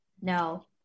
no